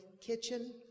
kitchen